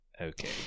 okay